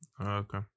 Okay